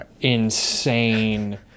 insane